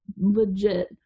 legit